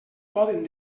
poden